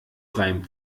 freiem